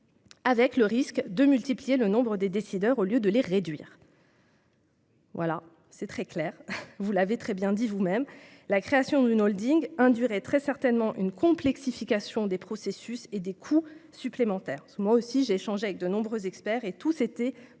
avec le risque de multiplier le nombre des décideurs au lieu de le réduire. » Voilà qui est très clair ! Vous l'avez très bien dit vous-même, la création d'une holding induirait très certainement une complexification des processus et des coûts supplémentaires. J'ai moi aussi échangé avec de nombreux experts, et tous étaient